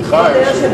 אדוני היושב-ראש,